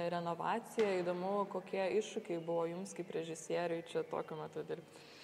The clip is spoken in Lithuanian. renovacija įdomu kokie iššūkiai buvo jums kaip režisieriui čia tokiu metu dirbti